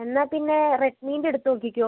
എന്നാൽ പിന്നെ റെഡ്മിൻ്റെ എടുത്ത് നോക്കിക്കോ